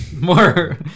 More